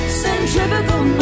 centrifugal